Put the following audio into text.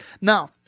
Now